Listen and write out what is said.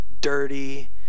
dirty